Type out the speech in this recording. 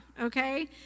okay